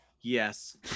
Yes